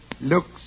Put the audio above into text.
Looks